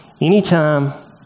anytime